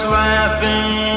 laughing